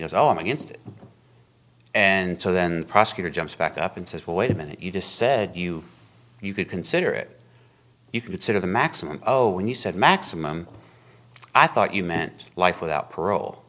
goes oh i'm against it and so then the prosecutor jumps back up and says well wait a minute you just said you you could consider it you could sort of the maximum oh when you said maximum i thought you meant life without parole